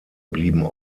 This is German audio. blieben